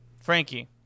Frankie